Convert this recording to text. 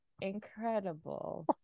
incredible